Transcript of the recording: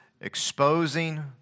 exposing